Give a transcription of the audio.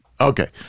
Okay